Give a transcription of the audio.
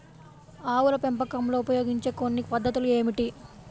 ఆవుల పెంపకంలో ఉపయోగించే కొన్ని కొత్త పద్ధతులు ఏమిటీ?